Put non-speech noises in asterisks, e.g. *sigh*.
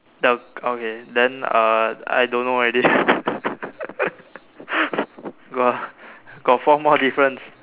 the okay then uh I don't know already *laughs* got got four more difference